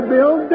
Bill